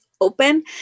open